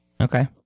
Okay